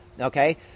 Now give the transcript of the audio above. okay